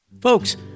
Folks